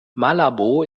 malabo